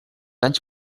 anys